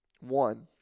one